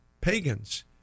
pagans